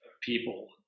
people